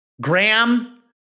Graham